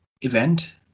event